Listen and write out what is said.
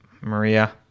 Maria